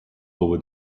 over